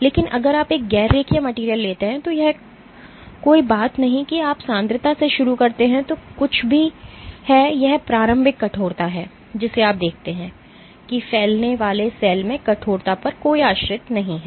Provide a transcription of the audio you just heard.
लेकिन अगर आप एक गैर रेखीय मटेरियल लेते हैं तो कोई बात नहीं कि आप सांद्रता से शुरू करते हैं जो कुछ भी है यह प्रारंभिक कठोरता है जिसे आप देखते हैं कि फैलने वाले सेल में कठोरता पर कोई आश्रित नहीं है